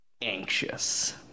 anxious